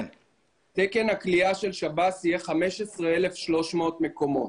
תקן הכליאה של שב"ס יהיה 15,300 מקומות.